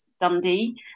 Dundee